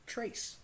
Trace